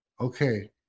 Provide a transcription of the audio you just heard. Okay